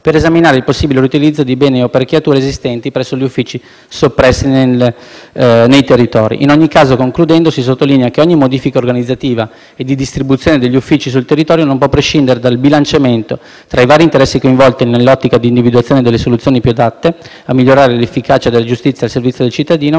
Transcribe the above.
accorpanti e dei territori di beni e/o apparecchiature esistenti presso gli uffici soppressi. In ogni caso, concludendo, si sottolinea che ogni modifica organizzativa e di distribuzione degli uffici sul territorio non può prescindere dal bilanciamento tra i vari interessi coinvolti nell'ottica di individuare le soluzioni più adatte a migliorare l'efficacia della giustizia al servizio del cittadino,